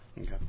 Okay